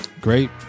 Great